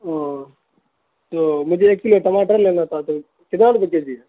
او تو مجھے ایک کلو ٹماٹر لینا تھا تو کتنا روپیے کے جی ہے